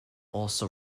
also